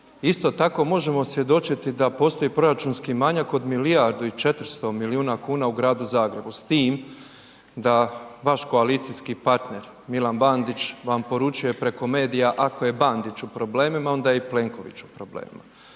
Isto tako možemo svjedočiti da postoji proračunski manjak od milijardu i 400 milijuna kuna u Gradu Zagrebu. S tim da vaš koalicijski partner, Milan Bandić, vam područje preko medija, ako je Bandić u problemima, onda je i Plenković u problemima.